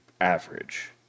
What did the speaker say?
average